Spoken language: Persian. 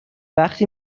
وقتی